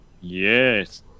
Yes